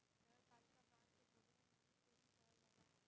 नगरपालिका बांड के बोले में मुनि के भी कहल जाला